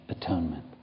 atonement